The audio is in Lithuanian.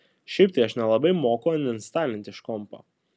šiaip tai aš nelabai moku aninstalinti iš kompo